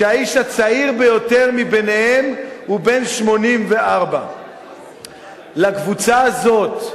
שהאיש הצעיר ביותר ביניהם הוא בן 84. לקבוצה הזאת,